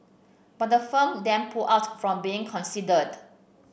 but the firm then pulled out from being considered